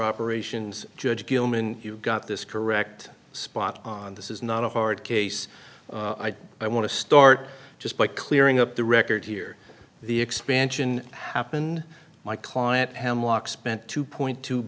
operations judge gilman you've got this correct spot on this is not a hard case i want to start just by clearing up the record here the expansion happened my client hemlock spent two point two